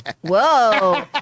Whoa